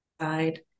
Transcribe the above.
side